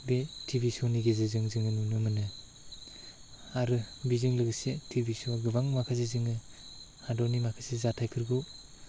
बे टिभि श'नि गेजेरजों जोङो नुनो मोनो आरो बेजों लोगोसे टिभि श'वाव गोबां माखासे जोङो हादरनि माखासे जाथाइफोरखौ